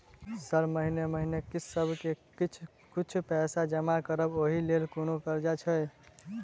Sir महीने महीने किस्तसभ मे किछ कुछ पैसा जमा करब ओई लेल कोनो कर्जा छैय?